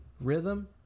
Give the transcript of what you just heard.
rhythm